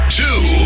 two